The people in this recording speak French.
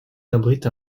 abrite